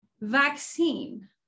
vaccine